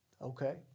Okay